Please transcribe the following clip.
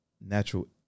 natural